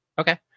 Okay